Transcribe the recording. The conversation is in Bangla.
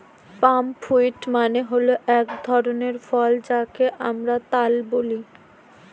পাম ফ্রুইট মানে হল এক ধরনের ফল যাকে আমরা তাল বলি